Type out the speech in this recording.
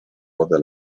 wodę